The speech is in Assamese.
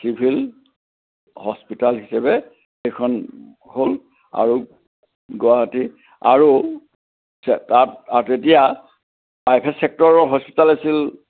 চিভিল হস্পিতাল হিচাপে সেইখন হ'ল আৰু গুৱাহাটী আৰু তাত তেতিয়া প্ৰাইভেট চেক্টৰৰ হস্পিতেল আছিল